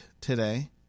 today